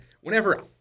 whenever